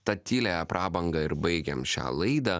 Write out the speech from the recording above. ta tyliaja prabanga ir baigiam šią laidą